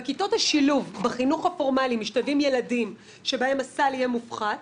בכיתות השילוב בחינוך הפורמלי משתלבים ילדים שבהם הסל יהיה מופחת.